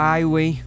Highway